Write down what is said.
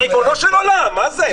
ריבונו של עולם, מה זה?